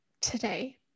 today